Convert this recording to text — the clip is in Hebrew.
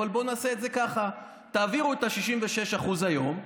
אבל בואו נעשה את זה ככה: תעבירו את ה-66% היום,